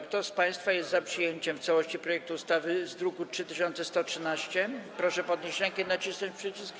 Kto z państwa jest za przyjęciem w całości projektu ustawy z druku nr 3113, proszę podnieść rękę i nacisnąć przycisk.